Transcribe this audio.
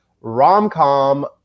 rom-com